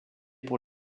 pour